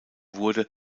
wurde